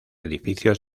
edificios